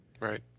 Right